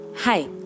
Hi